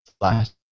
last